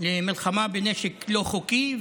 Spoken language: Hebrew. למלחמה בנשק לא חוקי,